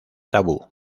tabú